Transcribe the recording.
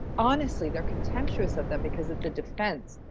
honestly, they're contemptuous of them because of the defense,